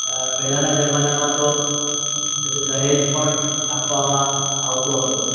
પહેલાંના જમાનામાં તો છે તે દહેજ પણ આપવામાં આવતો હતો